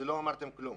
לא אמרתם כלום.